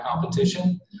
competition